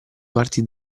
parti